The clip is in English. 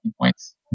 points